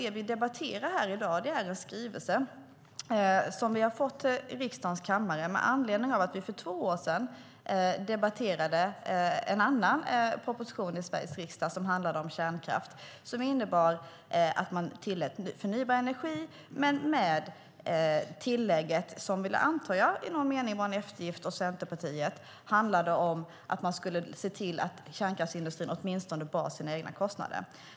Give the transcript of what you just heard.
Det vi debatterar i dag är en skrivelse som vi har fått till riksdagen med anledning av att vi för två år sedan debatterade en annan proposition som handlade om kärnkraft och som innebar att man tillät förnybar energi men med det tillägg - som jag antar var en eftergift åt Centerpartiet - som handlade om att man skulle se till att kärnkraftsindustrin åtminstone bar sina egna kostnader.